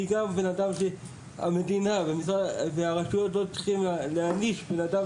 כי גם המדינה והרשויות לא צריכים להעניש אדם